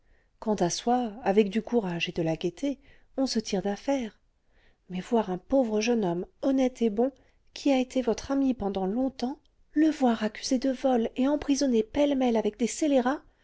quant à soi avec du courage et de la gaieté on se tire d'affaire mais voir un pauvre jeune homme honnête et bon qui a été votre ami pendant longtemps le voir accusé de vol et emprisonné pêle-mêle avec des scélérats